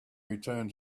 return